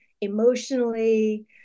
emotionally